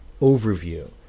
overview